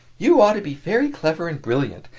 you ought to be very clever and brilliant,